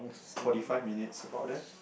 forty five minutes around there